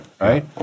Right